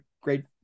great